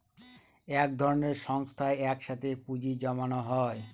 এক ধরনের সংস্থায় এক সাথে পুঁজি জমানো হয়